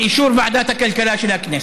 באישור ועדת הכלכלה של הכנסת.